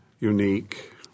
unique